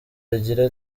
agira